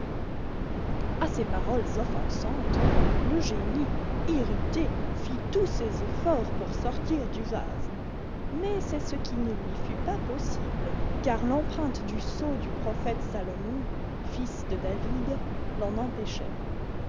à ces paroles offensantes le génie irrité fit tous ses efforts pour sortir du vase mais c'est ce qui ne lui fut pas possible car l'empreinte du sceau du prophète salomon fils de david l'en empêchait